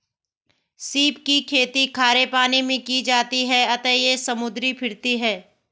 सीप की खेती खारे पानी मैं की जाती है अतः यह समुद्री फिरती है